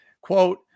Quote